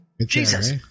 Jesus